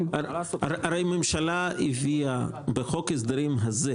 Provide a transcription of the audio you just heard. הממשלה הביאה בחוק הסדרים הזה,